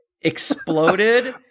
exploded